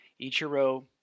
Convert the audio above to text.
Ichiro